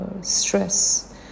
stress